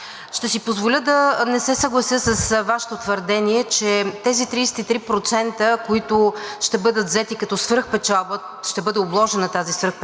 Ще си позволя да не се съглася с Вашето твърдение, че тези 33%, които ще бъдат взети като свръхпечалба, ще бъде обложена тази свръхпечалба,